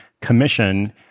commission